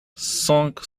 cinq